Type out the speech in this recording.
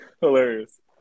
hilarious